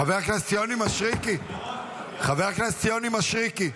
חבר הכנסת יוני מישרקי, חבר הכנסת יוני מישרקי,